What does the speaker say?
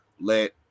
Let